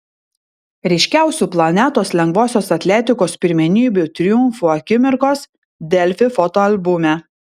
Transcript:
ryškiausių planetos lengvosios atletikos pirmenybių triumfų akimirkos delfi fotoalbume